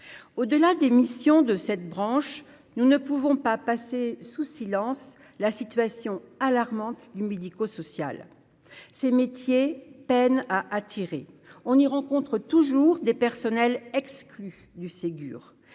au delà des missions de cette branche, nous ne pouvons pas passer sous silence la situation alarmante du médico-social, ces métiers peinent à attirer, on y rencontre toujours des personnels exclus du Ségur